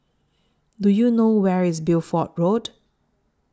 Do YOU know Where IS Bideford Road